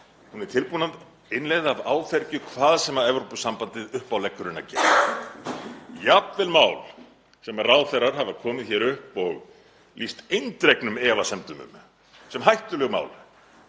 Hún er tilbúin að innleiða af áfergju hvað sem Evrópusambandið uppáleggur henni að gera, jafnvel mál sem ráðherrar hafa komið hér upp og lýst eindregnum efasemdum um sem hættuleg mál